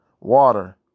water